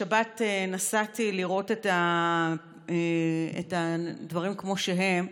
בשבת נסעתי לראות את הדברים כמו שהם.